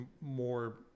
more